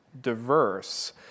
diverse